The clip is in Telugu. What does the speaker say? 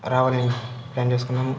రావాలని ప్లాన్ చేసుకున్నాము